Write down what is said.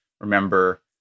remember